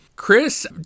Chris